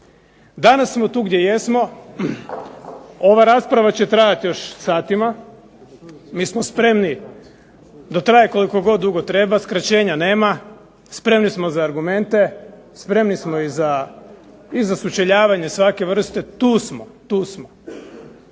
Danas smo tu gdje jesmo, ova rasprava će trajati još satima. Mi smo spremni da traje koliko god dugo treba, skraćenja nema, spremni smo za argumente, spremni smo i za sučeljavanje svake vrste, tu smo. Tu smo.